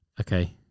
Okay